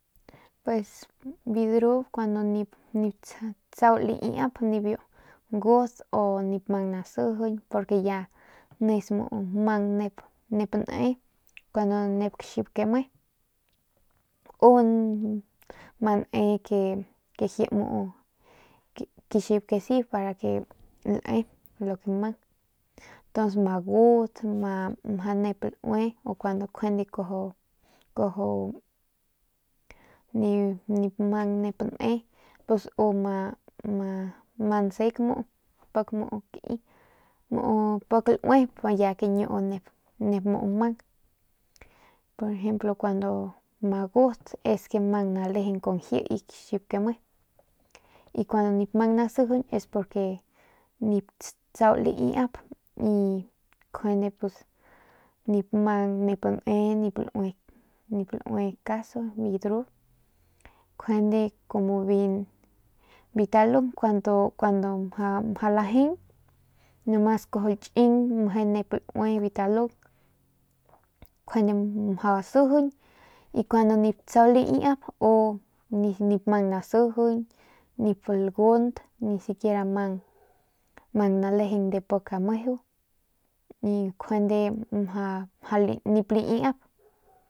Pues biu dru cuando nip tsau laiap cun biu gut u nip mang nasijiñ u nis ya mu nep ne cuando kexip ke me u ma ne ke jii kaxip que si para que lae lo que mang ntuns ma gut meje nep laui njuane kuaju kuaju nip mang ne ne pus u ma ma nsek muu pik kai u pik lauip y kañu nep mang por ejemplo kun ma gut mang nalejeng kun jii y kexip ke me y kun nip mang nasijiñ es cuando nip tsau laiap y pus njune nip mang ne u nip laui nip laui caso biu dru njune biu talung kuandu mjau lajeung nomas kuaju laching meje nep laui biu talung y mjau sijiñ y juane cuando nip tsau laiap u nip mang nasijiñ nip lagunt y ni siquiera mang nalejeng de pik meju y juande mja nip laiap.